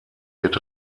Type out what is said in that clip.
wird